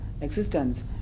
existence